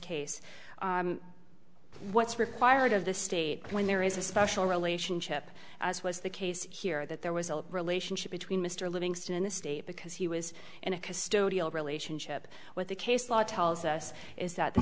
case what's required of the state when there is a special relationship as was the case here that there was a relationship between mr livingston in the state because he was in a custodial relationship with the case law tells us is that the